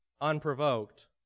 unprovoked